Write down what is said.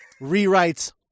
rewrites